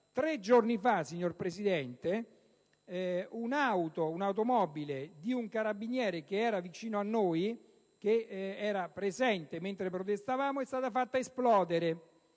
Tre giorni fa, signor Presidente, l'automobile di un carabiniere che era presente mentre protestavamo è stata fatta esplodere